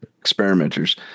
experimenters